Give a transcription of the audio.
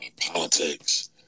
politics